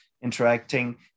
interacting